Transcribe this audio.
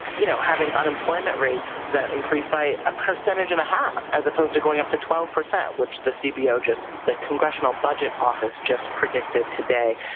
you know having unemployment rates that increased by a percentage and a half, as opposed to going up to twelve percent which the cbo, the congressional budget office just predicted today.